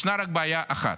ישנה רק בעיה אחת: